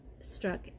struck